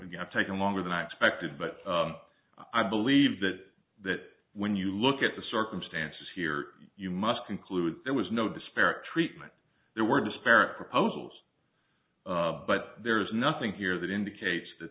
you have taken longer than i expected but i believe that that when you look at the circumstances here you must conclude there was no disparate treatment there were disparate proposals but there is nothing here that indicates that